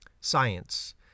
science